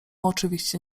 oczywiście